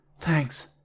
Thanks